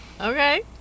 okay